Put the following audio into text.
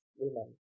women